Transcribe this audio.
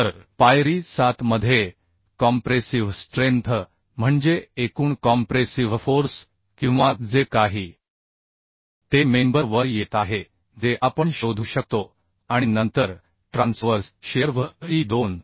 तर पायरी 7 मध्ये कॉम्प्रेसिव्ह स्ट्रेंथ म्हणजे एकूण कॉम्प्रेसिव्ह फोर्स किंवा जे काही ते मेंबर वर येत आहे जे आपण शोधू शकतो आणि नंतर ट्रान्सवर्स शिअर V e 2